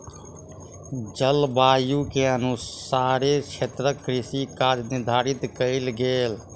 जलवायु के अनुसारे क्षेत्रक कृषि काज निर्धारित कयल गेल